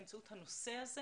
באמצעות הנושא הזה.